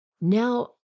Now